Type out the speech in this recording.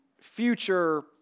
future